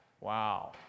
Wow